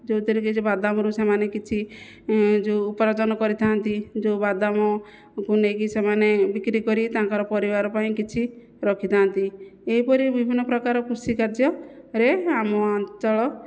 ଯେଉଁଥିରେ କିଛି ବାଦାମରୁ ସେମାନେ କିଛି ଯେଉଁ ଉପାର୍ଜନ କରିଥାନ୍ତି ଯେଉଁ ବାଦାମକୁ ନେଇକି ସେମାନେ ବିକ୍ରି କରି ତାଙ୍କର ପରିବାର ପାଇଁ କିଛି ରଖିଥାନ୍ତି ଏହିପରି ବିଭିନ୍ନ ପ୍ରକାର କୃଷି କାର୍ଯ୍ୟରେ ଆମ ଆଞ୍ଚଳ